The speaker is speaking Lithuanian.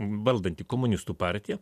valdanti komunistų partija